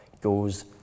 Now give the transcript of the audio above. goes